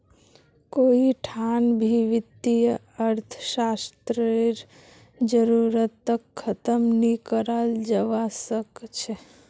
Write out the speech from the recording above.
कोई ठान भी वित्तीय अर्थशास्त्ररेर जरूरतक ख़तम नी कराल जवा सक छे